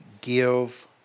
give